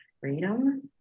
freedom